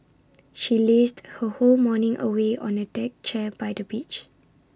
she lazed her whole morning away on A deck chair by the beach